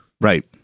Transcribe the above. Right